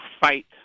fight